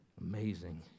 amazing